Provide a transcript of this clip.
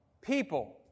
people